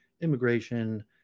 immigration